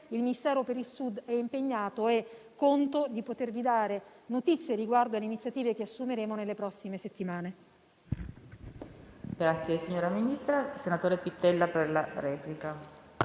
il Ministero per il Sud è impegnato e conto di potervi dare notizie riguardo alle iniziative che assumeremo nelle prossime settimane.